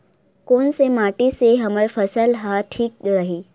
कोन से माटी से हमर फसल ह ठीक रही?